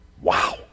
Wow